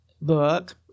book